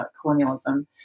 colonialism